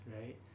right